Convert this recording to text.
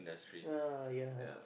ah ya